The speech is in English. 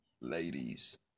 ladies